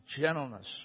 gentleness